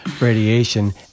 radiation